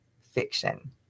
fiction